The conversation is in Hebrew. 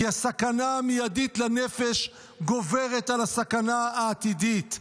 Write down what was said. כי הסכנה המיידית לנפש גוברת על הסכנה העתידית.